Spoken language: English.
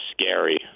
scary